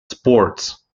sports